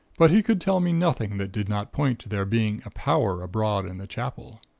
but he could tell me nothing that did not point to there being a power abroad in the chapel.